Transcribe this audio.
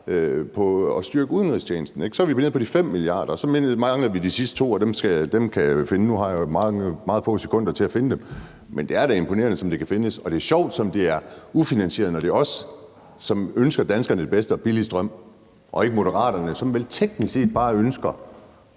på at styrke udenrigstjenesten. Så er vi nede på de 5 mia. kr., og så mangler vi de sidste to, og dem kan jeg finde. Nu har jeg meget få sekunder til at finde dem, men det er da imponerende, som de kan findes, og det er sjovt, som det er ufinansieret, når det er os, som ønsker danskerne det bedste og billig strøm, og ikke Moderaterne, som vel teknisk set bare ønsker